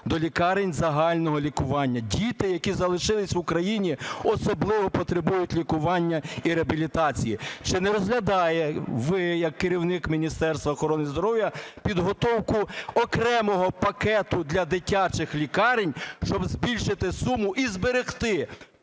до лікарень загального лікування. Діти, які залишились в Україні, особливо потребують лікування і реабілітації. Чи не розглядаєте ви як керівник Міністерства охорони здоров'я підготовку окремого пакету для дитячих лікарень, щоб збільшити суму і зберегти